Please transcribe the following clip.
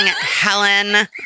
Helen